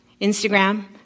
Instagram